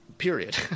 Period